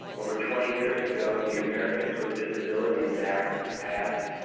over twenty years ago the americans with disabilities act was passed,